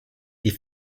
die